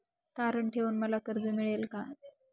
तारण ठेवून मला कर्ज मिळेल का?